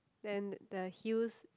then the heels